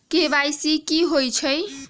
KYC कि होई छई?